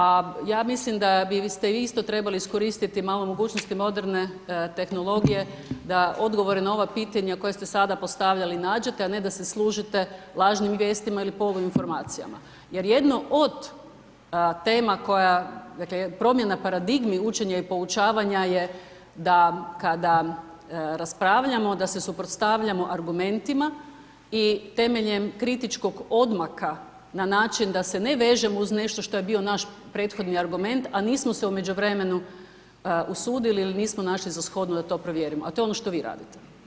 A, ja mislim da biste i vi isto trebali iskoristiti malo mogućnosti moderne tehnologije da odgovore na ova pitanja koje ste sada postavljali nađete, a ne da se služite lažnim vijestima ili poluinformacijama jer jedno od tema koja, dakle, promjena paradigmi učenja i poučavanja je da, kada raspravljamo da se suprotstavljamo argumentima i temeljem kritičkog odmaka na način da se ne vežemo uz nešto što je bio naš prethodni argument, a nismo se u međuvremenu usudili ili nismo našli za shodno da to provjerimo, a to je ono što vi radite.